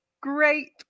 great